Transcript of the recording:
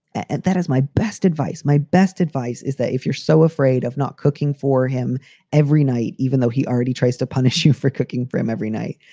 and that is my best advice my best advice is that if you're so afraid of not cooking for him every night, even though he already tries to punish you for cooking for him every night,